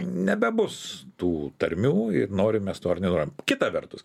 nebebus tų tarmių norim mes to ar nenorim kita vertus